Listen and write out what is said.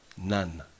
None